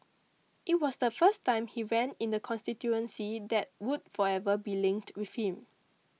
it was the first time he ran in the constituency that would forever be linked with him